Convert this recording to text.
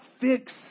fix